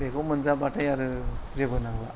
बेखौ मोनजाबाथाय आरो जेबो नांला